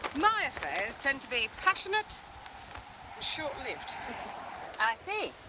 my affairs tend to be passionate and short-lived. i see.